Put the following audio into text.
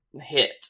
hit